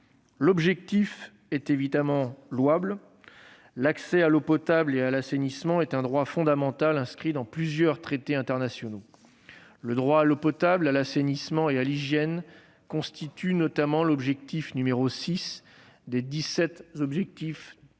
L'objectif est évidemment louable : l'accès à l'eau potable et à l'assainissement est un droit fondamental inscrit dans plusieurs traités internationaux. Le droit à l'eau potable, à l'assainissement et à l'hygiène constitue notamment l'objectif n° 6 des dix-sept objectifs de